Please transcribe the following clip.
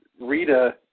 Rita